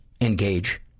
engage